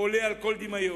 עולה על כל דמיון.